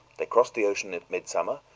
they crossed the ocean at midsummer,